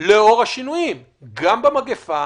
לאור השינויים, גם במגפה